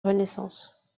renaissance